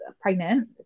pregnant